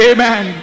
Amen